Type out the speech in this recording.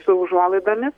su užuolaidomis